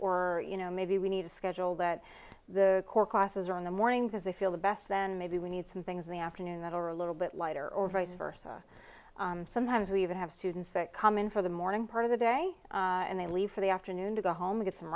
or you know maybe we need a schedule that the core classes are in the morning because they feel the best then maybe we need some things in the afternoon that are a little bit lighter or vice versa sometimes we even have students that come in for the morning part of the day and they leave for the afternoon to go home get some